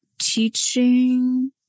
teaching